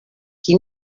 qui